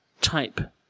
type